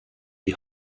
die